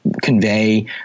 convey